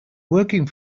working